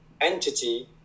entity